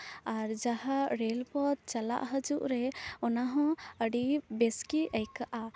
ᱟᱨ ᱡᱟᱦᱟᱸ ᱨᱮᱹᱞ ᱯᱚᱛᱷ ᱪᱟᱞᱟᱜ ᱦᱟᱹᱡᱩᱜ ᱨᱮ ᱚᱱᱟ ᱦᱚᱸ ᱟᱹᱰᱤ ᱵᱮᱥ ᱜᱮ ᱟᱹᱭᱠᱟᱹᱜᱼᱟ